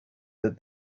that